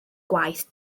gwaith